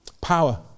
Power